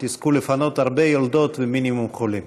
שתזכו לפנות הרבה יולדות ומינימום חולים.